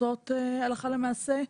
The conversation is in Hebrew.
הלכה למעשה.